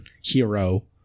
hero